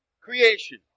creation